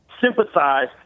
sympathize